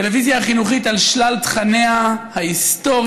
הטלוויזיה החינוכית על שלל תכניה ההיסטוריים,